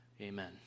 Amen